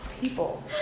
People